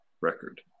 record